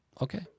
Okay